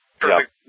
Perfect